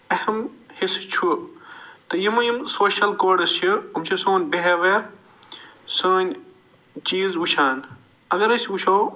اہم حِصہٕ چھُ تہٕ یِمہٕ یِمہٕ سوشل کوڈٕس چھِ یِم چھِ سون بِہیویر سٲنۍ چیٖز وٕچھان اگر أسۍ وٕچھو